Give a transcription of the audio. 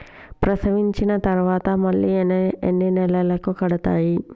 ప్రసవించిన తర్వాత మళ్ళీ ఎన్ని నెలలకు కడతాయి?